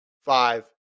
five